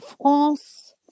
France